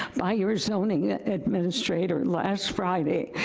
by your zoning administrator last friday.